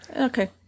Okay